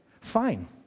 Fine